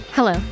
Hello